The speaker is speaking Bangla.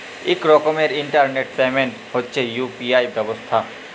ইক রকমের ইলটারলেট পেমেল্ট হছে ইউ.পি.আই ব্যবস্থা